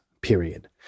period